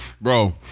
Bro